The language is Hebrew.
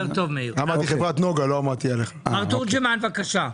מר תורג'מן, בבקשה.